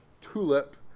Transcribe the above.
TULIP